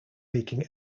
making